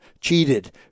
cheated